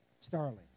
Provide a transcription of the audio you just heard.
Starling